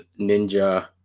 Ninja